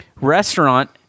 Restaurant